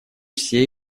все